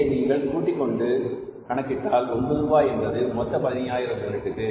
இதை நீங்கள் கூட்டிக்கொண்டு கணக்கிட்டால் 9 ரூபாய் என்பது மொத்த 15000 யூனிட்டுக்கு